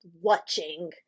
watching